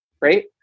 right